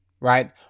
right